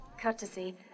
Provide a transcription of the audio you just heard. Courtesy